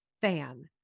fan